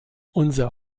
unser